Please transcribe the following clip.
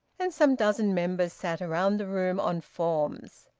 and some dozen members sat round the room on forms.